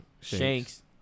Shanks